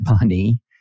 money